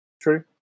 True